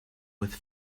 with